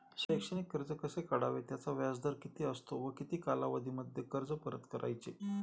शैक्षणिक कर्ज कसे काढावे? त्याचा व्याजदर किती असतो व किती कालावधीमध्ये कर्ज परत करायचे?